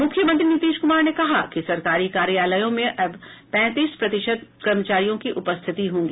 मुख्यमंत्री नीतीश कुमार ने कहा कि सरकारी कार्यालयों में अब तैंतीस प्रतिशत कर्मचारियों की उपस्थिति होंगी